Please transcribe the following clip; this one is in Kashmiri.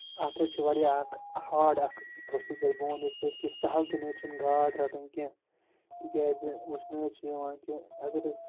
اَتھ حظ چھِ واریاہ اَکھ ہاڈ اَکھ پروسیٖجَر بہٕ وَنہٕ یِتھ پٲٹھۍ کہِ سَہل تہِ نہ حظ چھِنہٕ گاڈ رَٹٕنۍ کینٛہہ تِکیازِ وٕچھنہٕ حظ چھِ یِوان کہِ اگر أسۍ